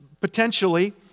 potentially